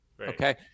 okay